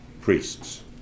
priests